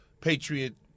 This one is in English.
Patriot